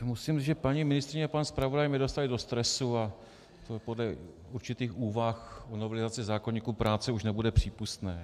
Musím říct, že paní ministryně i pan zpravodaj mě dostali do stresu, a to podle určitých úvah o novelizaci zákoníku práce už nebude přípustné.